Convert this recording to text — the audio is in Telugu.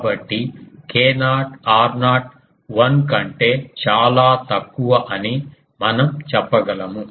కాబట్టి k0 r0 1 కంటే చాలా తక్కువ అని మనం చెప్పగలము